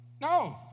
No